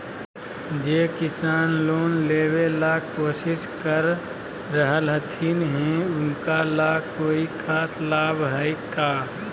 जे किसान लोन लेबे ला कोसिस कर रहलथिन हे उनका ला कोई खास लाभ हइ का?